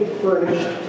furnished